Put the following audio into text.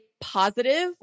positive